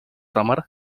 замаар